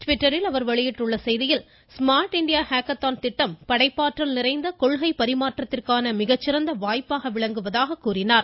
ட்விட்டரில் அவர் வெளியிட்டுள்ள செய்தியில் ஸ்மார்ட் இந்தியா ஹேக்கத்தான் திட்டம் படைப்பாற்றல் நிறைந்த கொள்கை பரிமாற்றத்திற்கான மிகச்சிறந்த வாய்ப்பாக விளங்குவதாக கூறினார்